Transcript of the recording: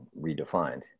redefined